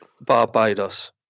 Barbados